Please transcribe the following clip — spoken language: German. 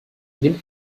nimmt